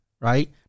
Right